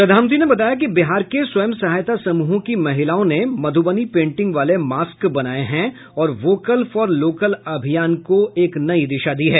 प्रधानमंत्री ने बताया कि बिहार के स्व सहायता समूहों की महिलाओं ने मधुबनी पेंटिंग वाले मॉस्क बनाए हैं और भोकल फॉर लोकल अभियान को एक नई दिशा दी है